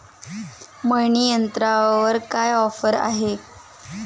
मळणी यंत्रावर काय ऑफर आहे?